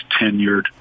tenured